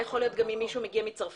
זה יכול להיות גם אם מישהו מגיע מצרפת.